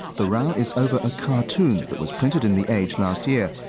the row is over a cartoon that was printed in the age last year,